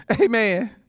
Amen